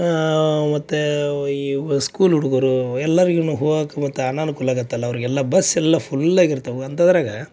ಮತ್ತು ಇವು ಸ್ಕೂಲ್ ಹುಡುಗರು ಎಲ್ಲರಿಗೂನು ಹೋಗಾಕ ಮತ್ತೆ ಅನಾನುಕೂಲ ಆಗತ್ತಲ್ಲ ಅವ್ರಿಗೆಲ್ಲ ಬಸ್ ಎಲ್ಲ ಫುಲ್ ಆಗಿರ್ತವ ಅಂತದ್ರಾಗಾ